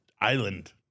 island